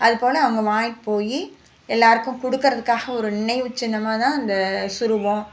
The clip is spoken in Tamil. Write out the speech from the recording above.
அது போனால் அங்கே வாங்கிட்டு போய் எல்லோருக்கும் கொடுக்குறதுக்காக ஒரு நினைவு சின்னமாக தான் இந்த சுரூபம்